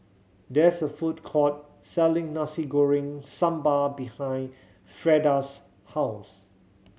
there is a food court selling Nasi Goreng Sambal behind Frieda's house